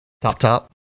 top-top